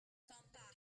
tampa